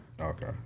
Okay